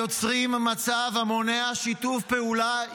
היוצרים מצב המונע שיתוף פעולה יעיל".